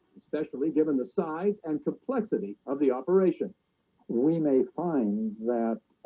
especially given the size and complexity of the operation we may find that